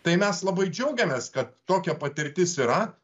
tai mes labai džiaugiamės kad tokia patirtis yra